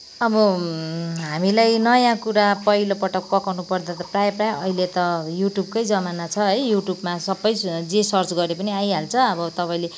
अब हामीलाई नयाँ कुरा पहिलोपटक पकाउनुपर्दा त प्रायः प्रायः अहिले त युट्युबकै जमाना छ है युट्युबमा सबै जे सर्च गरे पनि आइहाल्छ अब तपाईँले